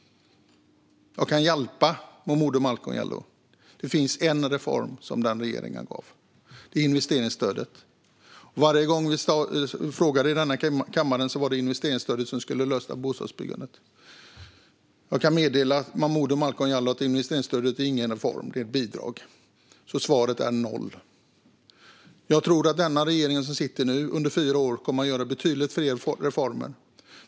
Jag kan hjälpa Malcolm Momodou Jallow. Det finns en reform som den regeringen lade fram, nämligen investeringsstödet. Varje gång vi frågade i denna kammare fick vi höra att investeringsstödet skulle lösa bostadsbyggandet. Jag kan meddela Malcolm Momodou Jallow att investeringsstödet inte är någon reform - det är ett bidrag. Svaret är alltså noll. Jag tror att den regering som nu sitter under fyra år kommer att göra betydligt fler reformer.